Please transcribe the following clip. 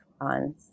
on